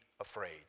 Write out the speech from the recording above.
afraid